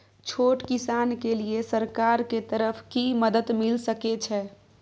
छोट किसान के लिए सरकार के तरफ कि मदद मिल सके छै?